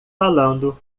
falando